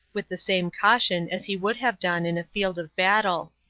with the same caution as he would have done in a field of battle.